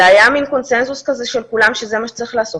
זה היה מין קונצנזוס כזה של כולם שזה מה שצריך לעשות,